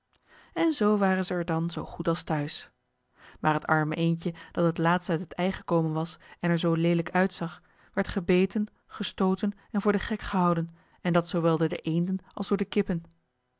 en zoo waren zij er dan zoo goed als thuis maar het arme eendje dat het laatst uit het ei gekomen was en er zoo leelijk uitzag werd gebeten gestooten en voor den gek gehouden en dat zoowel door de eenden als door de kippen